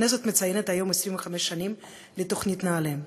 אז הכנסת מציינת היום 25 שנים לתוכנית נעל"ה.